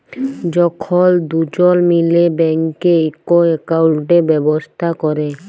যখল দুজল মিলে ব্যাংকে একই একাউল্ট ব্যবস্থা ক্যরে